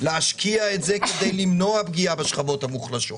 להשקיע את זה כדי למנוע פגיעה בשכבות המוחלשות.